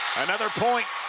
another point,